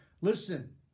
Listen